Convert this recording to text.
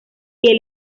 que